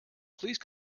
please